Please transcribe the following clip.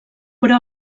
però